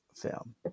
film